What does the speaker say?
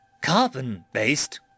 Carbon-based